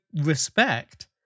respect